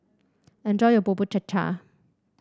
enjoy your Bubur Cha Cha